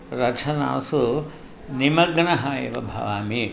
रचनासु निमग्नः एव भवामि